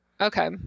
Okay